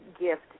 gift